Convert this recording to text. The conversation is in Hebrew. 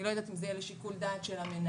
אני לא יודעת אם זה יהיה לשיקול דעת של המנהל,